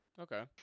Okay